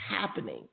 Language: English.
happening